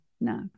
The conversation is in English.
no